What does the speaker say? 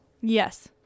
Yes